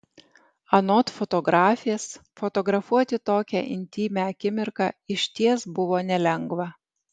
anot fotografės fotografuoti tokią intymią akimirką išties buvo nelengva